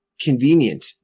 convenient